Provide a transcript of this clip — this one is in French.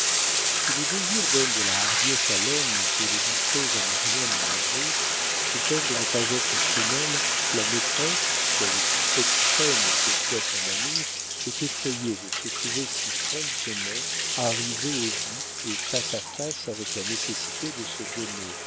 si le désir donne de la hardiesse à l'homme et le dispose à ne rien ménager sous peine de ne pas être femme la maîtresse quelque extrême que soit son amour est effrayée de se trouver si promptement arrivée au but et face à face avec la nécessité de se donner